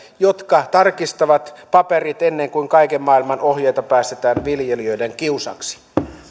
jotka tarkistavat paperit ennen kuin kaiken maailman ohjeita päästetään viljelijöiden kiusaksi